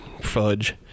fudge